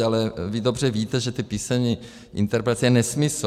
Ale vy dobře víte, že ty písemné interpelace jsou nesmysl.